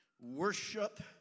Worship